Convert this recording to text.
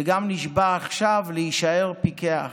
/ וגם נשבע עכשיו / להישאר פיכח.